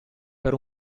per